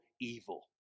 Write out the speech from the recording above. evil